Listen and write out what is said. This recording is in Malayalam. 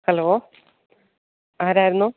ഹലോ ആരായിരുന്നു